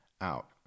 out